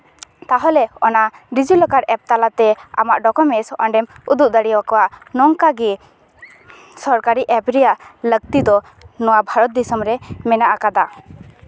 ᱛᱟᱦᱞᱮ ᱚᱱᱟ DigiLocker app ᱛᱟᱞᱟᱛᱮ ᱟᱢᱟᱜ ᱰᱚᱠᱚᱢᱮᱱᱴᱥ ᱚᱸᱰᱮᱢ ᱩᱫᱩᱜ ᱫᱟᱲᱮᱭᱟᱠᱚᱣᱟ ᱱᱚᱝᱠᱟ ᱜᱮ ᱥᱚᱨᱠᱟᱨᱤ ᱮᱯ ᱨᱮᱭᱟᱜ ᱞᱟᱹᱠᱛᱤ ᱫᱚ ᱵᱷᱟᱨᱚᱛ ᱫᱤᱥᱚᱢ ᱨᱮ ᱢᱮᱱᱟᱜ ᱟᱠᱟᱫᱟ